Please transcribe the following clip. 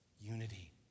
unity